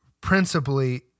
principally